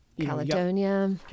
caledonia